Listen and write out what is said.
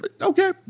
okay